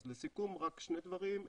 אז לסיכום רק שני דברים.